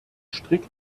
strikt